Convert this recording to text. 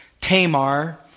Tamar